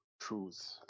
truth